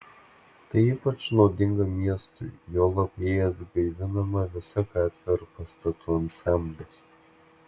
tai ypač naudinga miestui juolab jei atgaivinama visa gatvė ar pastatų ansamblis